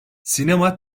sinema